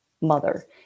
mother